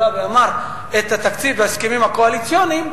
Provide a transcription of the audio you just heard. עלה ואמר את התקציב וההסכמים הקואליציוניים,